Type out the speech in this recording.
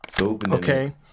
Okay